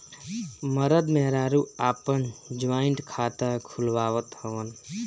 मरद मेहरारू आपन जॉइंट खाता खुलवावत हवन